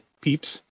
Peeps